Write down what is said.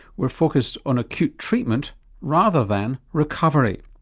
we're focused on acute treatment rather than recovery.